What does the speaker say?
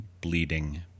bleeding